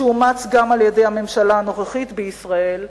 שאומץ גם על-ידי הממשלה הנוכחית בישראל,